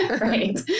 Right